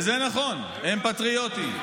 וזה נכון, הם פטריוטים.